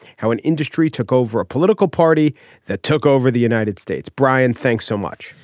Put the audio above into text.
how an industry took over a political party that took over the united states. brian thanks so much.